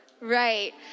Right